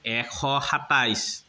এশ সাতাইছ